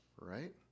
Right